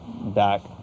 back